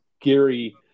gary